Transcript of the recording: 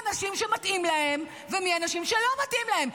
האנשים שמתאים להם ומי האנשים שלא מתאים להם,